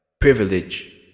privilege